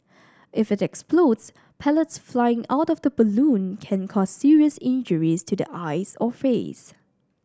if it explodes pellets flying out of the balloon can cause serious injuries to the eyes or face